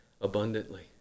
abundantly